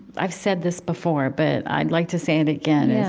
i've said this before, but i'd like to say it again. yeah